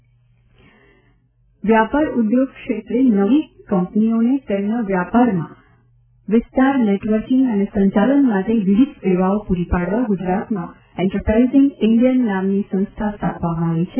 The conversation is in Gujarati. વેપાર ઉદ્યોગ વ્યાપાર ઉદ્યોગ ક્ષેત્રે નવી કંપનીઓને તેમના વ્યાપારમાં વિસ્તાર નેટવર્કીંગ અને સંચાલન માટે વિવિધ સેવાઓ પૂરી પાડવા ગુજરાતમાં એન્ટરપ્રાઇઝીંગ ઇન્ડીયન નામની સંસ્થા સ્થાપવામાં આવી છે